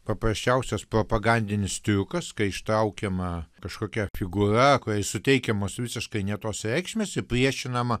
paprasčiausias propagandinis triukas kai ištraukiama kažkokia figūra kuriai suteikiamos visiškai ne tos reikšmės ir priešinama